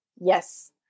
yes